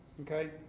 Okay